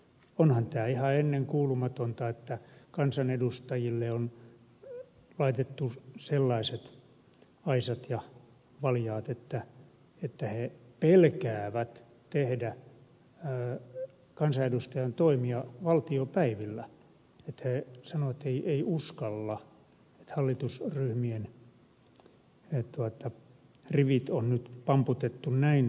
onhan tämä ihan ennen kuulumatonta että kansanedustajille on laitettu sellaiset aisat ja valjaat että he pelkäävät tehdä kansanedustajan toimia valtiopäivillä että he sanovat ei uskalla että hallitusryhmien rivit on nyt pamputettu näin suoriksi